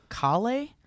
Kale